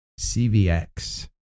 CVX